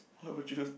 her was just